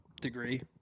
degree